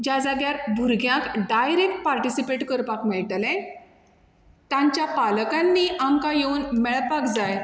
ज्या जाग्यार भुरग्याक डायरेक्ट पार्टिसिपेट करपाक मेळटलें तांच्या पालकांनी आमकां येवन मेळपाक जाय